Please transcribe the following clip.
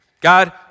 God